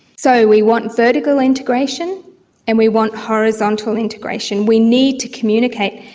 so we want vertical integration and we want horizontal integration. we need to communicate.